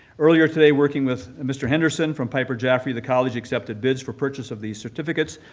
earlier today working with mr. henderson from piper jaffray, the college accepted bids for purchase of these certificates,